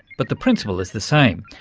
but the principle is the same.